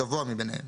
הגבוה מביניהם,